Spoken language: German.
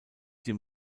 dem